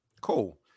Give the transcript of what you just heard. Cool